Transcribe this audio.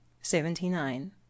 Seventy-nine